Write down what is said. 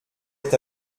est